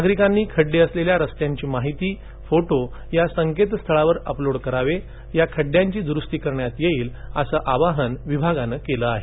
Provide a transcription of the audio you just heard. नागरिकांनी खड्डे असलेल्या रस्त्यांची माहिती फोटो या संकेतस्थळावर अपलोड करावे या खड़ड्यांची दुरुस्ती करण्यात येईल असं आवाहन विभागानं केलं आहे